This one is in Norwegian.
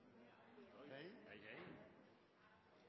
Da er